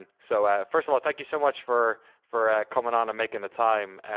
and so first of all, thank you so much for for coming on and making the time.